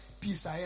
peace